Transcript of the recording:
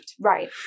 Right